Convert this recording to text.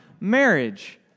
Marriage